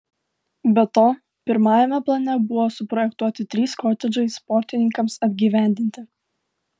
be to pirmajame plane buvo suprojektuoti trys kotedžai sportininkams apgyvendinti